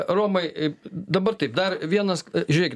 romai i dabar taip dar vienas žiūrėkit